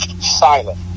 silent